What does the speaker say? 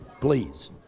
please